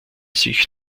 sich